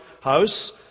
house